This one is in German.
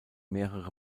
mehrere